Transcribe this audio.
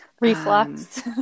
Reflux